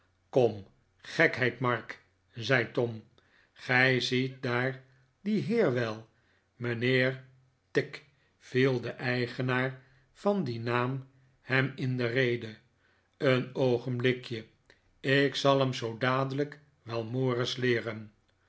kom gekheid mark zei tom gij ziet daar dien heer wel mijnheer tigg viel de eigenaar van dien naam hem in de rede een oogenblikje ik zal hem zoo dadelijk wel mores leeren